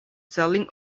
selling